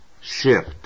shift